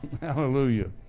Hallelujah